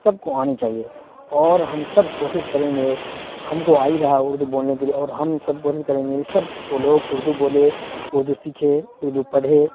سب کو آنی چاہیے اور ہم سب کوشش کریں گے ہم کو آئی رہا اردو بولنے کے لیے اور ہم سب کوشش کریں گے شب وہ لوگ اردو بولے اردو سیکھے اردو پڑھے